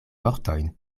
vortojn